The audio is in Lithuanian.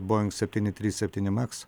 boing septyni trys septyni maks